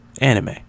anime